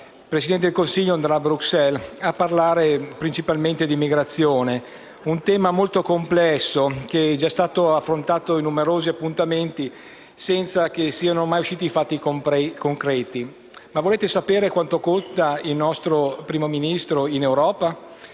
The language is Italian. Presidente del Consiglio andrà a Bruxelles, a parlare principalmente di immigrazione, un tema molto complesso, che è già stato affrontato in numerosi appuntamenti senza che siano mai usciti fatti concreti. Ma volete sapere quanto conta il nostro Primo Ministro in Europa?